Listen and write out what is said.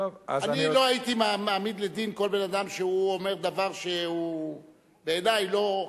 אני לא הייתי מעמיד לדין כל בן-אדם שאומר דבר שהוא בעיני לא חכם,